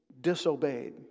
disobeyed